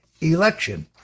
election